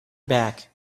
back